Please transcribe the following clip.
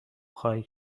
خواهید